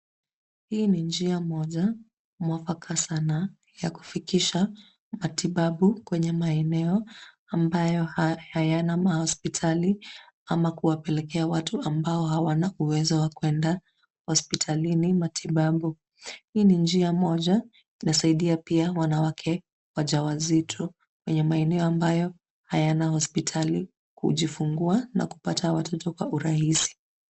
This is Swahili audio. Hii ni njia moja mwafaka sana ya kufikisha matibabu, kwenye maeneo ambayo hayana mahospitali ama, kuwapelekea watu ambao hawana uwezo wa kuenda hospitalini, matibabu. Hii ni njia moja inasaidia pia wanawake waja wazito, kwenye maeneo ambayo hayana hospitali, kujifungua na kupata watoto kwa urahisi.